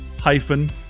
hyphen